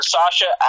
Sasha